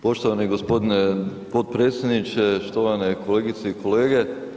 Poštovani g. potpredsjedniče, štovane kolegice i kolege.